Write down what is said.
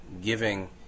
giving